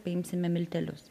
paimsime miltelius